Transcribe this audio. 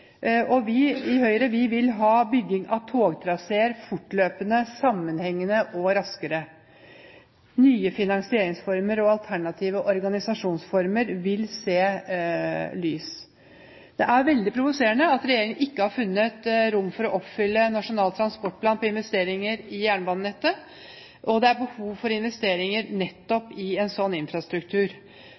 Vi i Høyre vil ha bygging av togtraseer fortløpende, sammenhengende og raskere. Nye finansieringsformer og alternative organisasjonsformer vil se dagens lys. Det er veldig provoserende at regjeringen ikke har funnet rom for å oppfylle Nasjonal transportplan på investeringer i jernbanenettet. Det er behov for investeringer nettopp i en slik infrastruktur.